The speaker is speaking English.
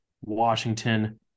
Washington